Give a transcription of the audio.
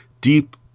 deep